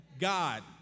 God